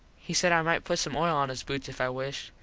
he said i might put some oil on his boots if i wished.